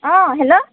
অঁ হেল্ল'